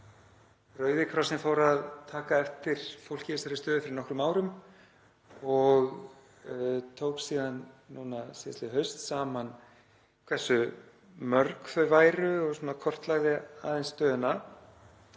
Rauði krossinn fór að taka eftir fólki í þessari stöðu fyrir nokkrum árum og tók síðan núna síðastliðið haust saman hversu mörg þau væru og kortlagði aðeins stöðuna.